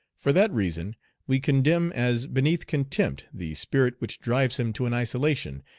for that reason we condemn as beneath contempt the spirit which drives him to an isolation,